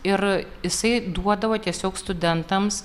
ir jisai duodavo tiesiog studentams